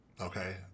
Okay